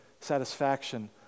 satisfaction